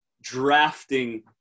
drafting